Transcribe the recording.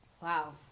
Wow